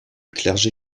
clergé